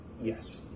Yes